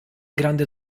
grande